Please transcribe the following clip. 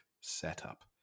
setup